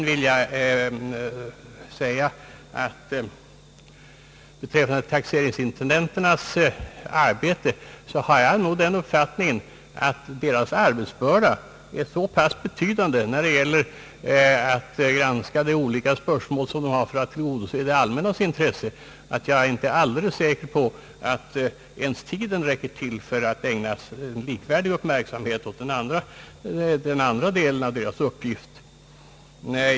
Vad beträffar taxeringsintendenternas arbete torde deras arbetsbörda vara så betydande när det gäller att tillgodose det allmännas intresse, att jag inte är alldeles säker på att ens tiden räcker till för att ägna likvärdig uppmärksamhet åt den andra delen av deras uppgift.